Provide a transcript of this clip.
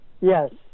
Yes